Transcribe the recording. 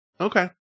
Okay